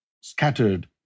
scattered